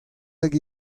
hag